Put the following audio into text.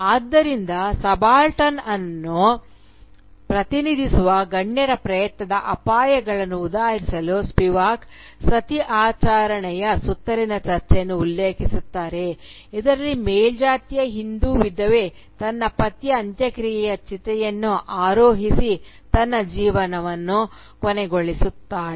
ಆದ್ದರಿಂದ ಸಬಾಲ್ಟರ್ನ್ ಅನ್ನು ಪ್ರತಿನಿಧಿಸುವ ಗಣ್ಯರ ಪ್ರಯತ್ನದ ಅಪಾಯಗಳನ್ನು ಉದಾಹರಿಸಲು ಸ್ಪಿವಾಕ್ ಸತಿ ಆಚರಣೆಯ ಸುತ್ತಲಿನ ಚರ್ಚೆಯನ್ನು ಉಲ್ಲೇಖಿಸುತ್ತಾರೆ ಇದರಲ್ಲಿ ಮೇಲ್ಜಾತಿಯ ಹಿಂದೂ ವಿಧವೆ ತನ್ನ ಪತಿಯ ಅಂತ್ಯಕ್ರಿಯೆಯ ಚಿತೆಯನ್ನು ಆರೋಹಿಸಿ ತನ್ನ ಜೀವನವನ್ನು ಕೊನೆಗೊಳಿಸುತ್ತಾರೆ